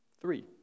three